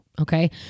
Okay